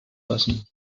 lassen